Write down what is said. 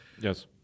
Yes